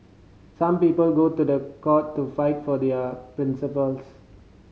some people go to the court to fight for their principles